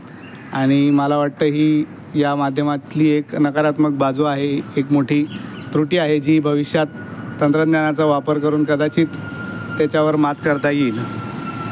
आणि मला वाटतं ही या माध्यमातली एक नकारात्मक बाजू आहे एक मोठी त्रुटी आहे जी भविष्यात तंत्रज्ञानाचा वापर करून कदाचित तेच्यावर मात करता येईल